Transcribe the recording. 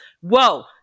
Whoa